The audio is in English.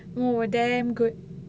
oh damn good